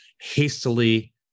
hastily